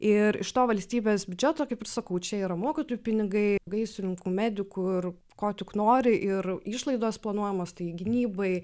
ir iš to valstybės biudžeto kaip ir sakau čia yra mokytojų pinigai gaisrininkų medikų ir ko tik nori ir išlaidos planuojamos tai gynybai